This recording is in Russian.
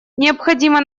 необходимо